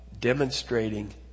demonstrating